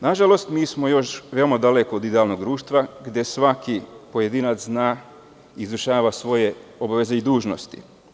Nažalost, mi smo veoma daleko od idealnog društva gde svaki pojedinac zna, izvršava svoje obaveze i dužnosti.